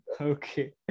okay